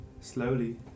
slowly